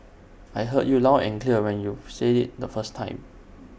I heard you loud and clear when you said IT the first time